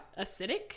Acidic